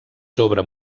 sobre